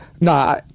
nah